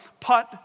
Put